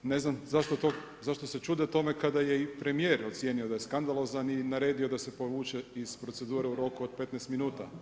Ne znam zašto se čude tome kada je i premijer ocijenio da je skandalozan i naredio da se povuče iz procedure u roku od 15 minuta.